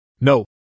No